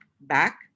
back